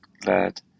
glad